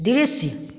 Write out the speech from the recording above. दृश्य